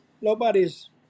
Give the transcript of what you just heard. nobody's